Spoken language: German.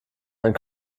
ein